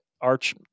arch